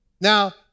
Now